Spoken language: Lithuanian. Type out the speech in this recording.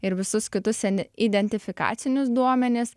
ir visus kitus sen identifikacinius duomenis